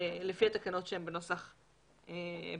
לפי התקנות שהן בנוסח היום.